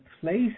place